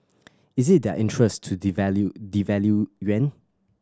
is it their interest to devalue devalue yuan